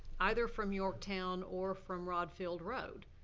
either from yorktown or from rodd field road.